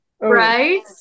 right